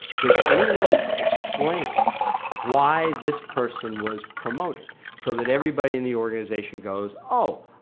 does anyone explain why this person was promoted so that everybody in the organization goes oh,